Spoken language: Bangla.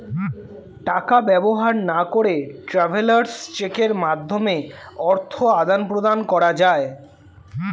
টাকা ব্যবহার না করে ট্রাভেলার্স চেকের মাধ্যমে অর্থ আদান প্রদান করা যায়